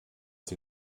sie